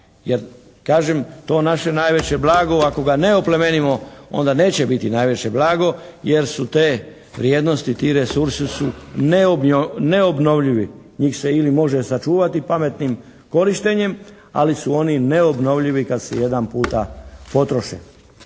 Jer kažem, to naše najveće blago, ako ga ne oplemenimo onda neće biti najveće blago jer su te vrijednosti, ti resursi su neobnovljivi. Njih se ili može sačuvati pametnim korištenjem, ali su oni neobnovljivi kad se jedan puta potroše.